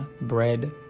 bread